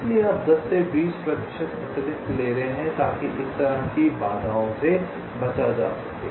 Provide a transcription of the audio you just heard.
इसलिए आप 10 से 20 प्रतिशत अतिरिक्त ले रहे हैं ताकि इस तरह की बाधाओं से बचा जा सके